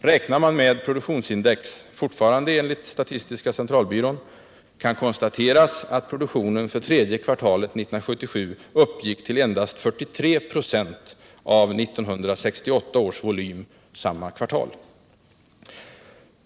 Räknar man med produktionsindex — fortfarande enligt statistiska centralbyrån — kan konstateras att produktionen för tredje kvartalet 1977 uppgick till endast 43 96 av 1968 års volym samma kvartal.